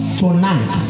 tonight